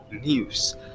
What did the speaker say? News